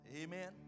Amen